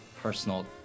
personal